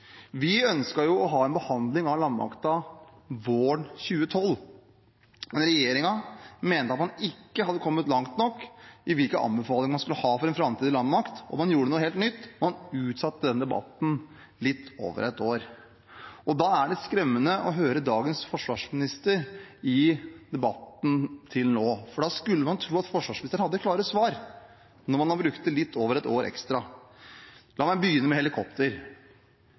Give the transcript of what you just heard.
Vi ønsket en behandling av landmakten våren 2012, men regjeringen mente at man ikke hadde kommet langt nok i hvilke anbefalinger man skulle ha for en framtidig landmakt, og man gjorde noe helt nytt – man utsatte debatten i litt over ett år. Derfor er det skremmende å høre dagens forsvarsminister i debatten til nå, for man skulle tro at forsvarsministeren hadde klare svar når man har brukt litt over ett år ekstra. La meg begynne med